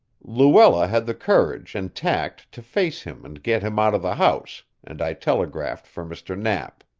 luella had the courage and tact to face him and get him out of the house, and i telegraphed for mr. knapp.